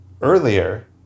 earlier